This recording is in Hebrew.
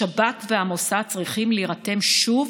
השב"כ והמוסד צריכים להירתם שוב